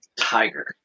Tiger